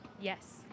Yes